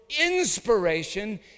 inspiration